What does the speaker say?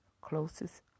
closest